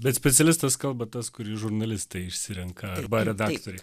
bet specialistas kalba tas kurį žurnalistai išsirenka arba redaktoriai